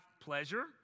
pleasure